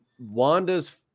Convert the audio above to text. Wanda's